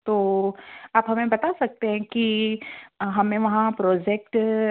तो आप हमें बता सकते हैं कि हमें वहाँ प्रोजेक्ट